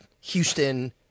Houston